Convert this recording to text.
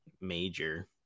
major